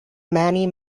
manny